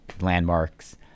landmarks